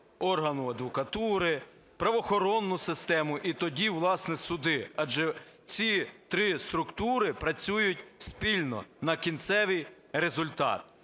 органу адвокатури, правоохоронну систему і тоді, власне, суди, адже ці три структури працюють спільно на кінцевий результат.